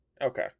Okay